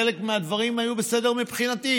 חלק מהדברים היו בסדר מבחינתי,